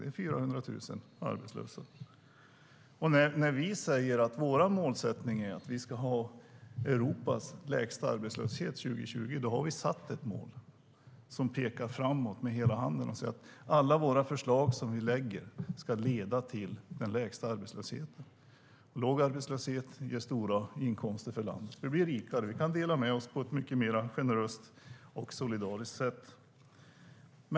Det är 400 000 arbetslösa. När vi säger att vår målsättning är att vi ska ha Europas lägsta arbetslöshet år 2020 har vi satt ett mål. Vi pekar framåt med hela handen. Alla våra förslag som vi lägger fram ska leda till den lägsta arbetslösheten. Låg arbetslöshet ger stora inkomster för landet. Vi blir rikare och kan dela med oss på ett mycket mer generöst och solidariskt sätt.